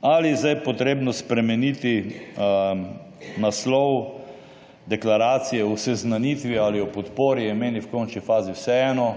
Ali je zdaj potrebno spremeniti naslov deklaracije »o seznanitvi« ali »o podpori«, je meni v končni fazi vseeno.